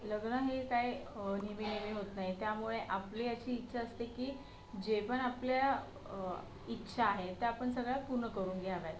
लग्न हे काय नेहमी नेहमी होत नाही त्यामुळे आपली अशी इच्छा असते की जे पण आपल्या इच्छा आहे त्या आपण सगळ्या पूर्ण करून घ्याव्या